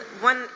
one